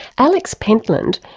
alex pentland,